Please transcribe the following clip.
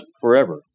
forever